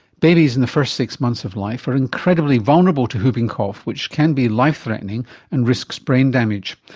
babies in the first six months of life are incredibly vulnerable to whooping cough, which can be life threatening and risks brain damage.